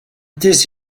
this